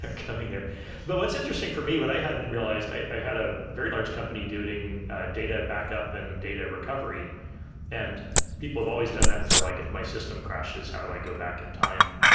coming there but what's interesting for me, what i hadn't realized i had a very large company doing data backup and data recovery and people have always done that for like if my system crashes, how do i go back in time?